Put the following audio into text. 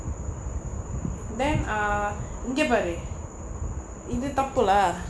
then err இங்க பாரு இது தப்பு:inga paaru ithu thappu lah